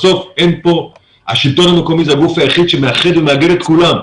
בסוף השלטון המקומי הוא הגוף היחיד שמאחד ומאגד את כולם,